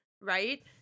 right